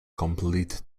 completed